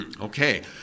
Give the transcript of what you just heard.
Okay